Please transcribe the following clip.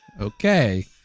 Okay